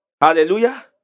hallelujah